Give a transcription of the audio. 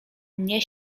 mnie